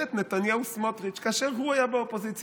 בממשלת נתניהו-סמוטריץ', כאשר הוא היה באופוזיציה.